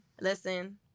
listen